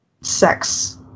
sex